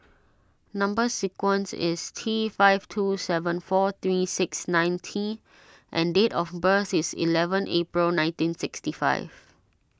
Number Sequence is T five two seven four three six nine T and date of birth is eleven April nineteen sixty five